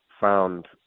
found